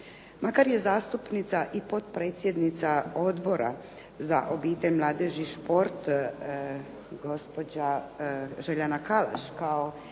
Makar je zastupnica i potpredsjednica Odbora za obitelj, mladež i šport gospođa Željana Kalaš, kao